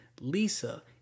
Lisa